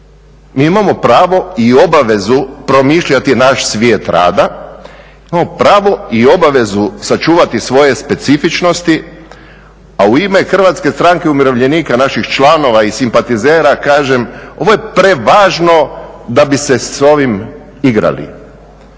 Mi imamo pravo i obavezu promišljati naš svijet rada, imamo pravo i obavezu sačuvati svoje specifičnosti, a u ime Hrvatske stranke umirovljenika, naših članova i simpatizera kažem ovo je prevažno da bi se s ovim igrali.